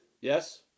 Yes